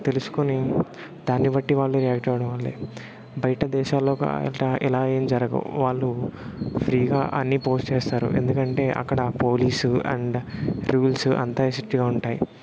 తెలుసుకొని దాన్నిబట్టి వాళ్ళు రియాక్ట్ అవడం వల్లే బయట దేశాల్లోగా ఇట్లా ఇలా ఏం జరగవు వాళ్ళు ఫ్రీగా అన్నీ పోస్ట్ చేస్తారు ఎందుకంటే అక్కడ పోలీసు అండ్ రూల్స్ అంతా ఎఫెక్ట్గా ఉంటాయి